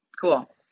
Cool